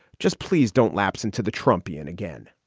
just please don't lapse into the trumpian again.